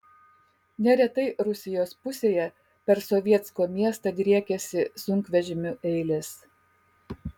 neretai rusijos pusėje per sovetsko miestą driekiasi sunkvežimių eilės